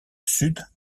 sud